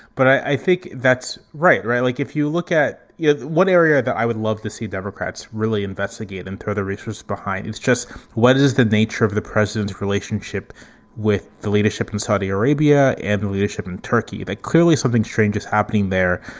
but i think that's right. right. like, if you look at yeah one area that i would love to see democrats really investigate and throw the resources behind it's just what is the nature of the president's relationship with the leadership in saudi arabia and the leadership in turkey that clearly something strange is happening there.